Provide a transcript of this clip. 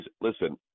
listen